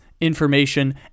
information